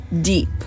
Deep